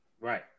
Right